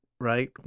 Right